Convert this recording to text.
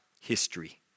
history